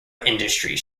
industries